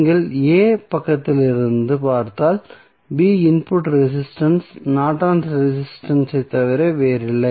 நீங்கள் a பக்கத்திலிருந்து பார்த்தால் b input resistance Norton's resistance ஐத் தவிர வேறில்லை